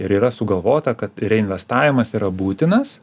ir yra sugalvota kad reinvestavimas yra būtinas